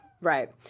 Right